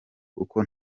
kuko